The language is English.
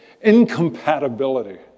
incompatibility